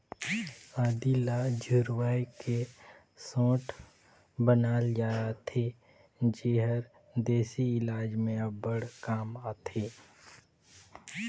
आदी ल झुरवाए के सोंठ बनाल जाथे जेहर देसी इलाज में अब्बड़ काम आथे